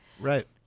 Right